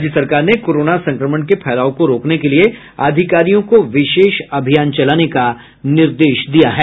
राज्य सरकार ने कोरोना संक्रमण के फैलाव को रोकने के लिए अधिकारियों को विशेष अभियान चलाने का निर्देश भी दिया है